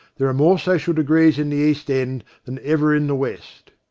there are more social degrees in the east end than ever in the west.